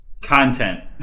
content